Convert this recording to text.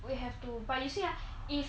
we have to but you see ah if